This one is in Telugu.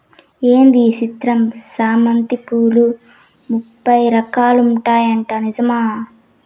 ఏంది ఈ చిత్రం చామంతి పూలు ముప్పై రకాలు ఉంటాయట నిజమా